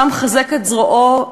שם חזק את זרועו,